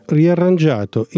riarrangiato